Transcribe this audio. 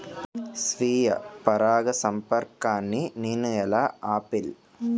స్వీయ పరాగసంపర్కాన్ని నేను ఎలా ఆపిల్?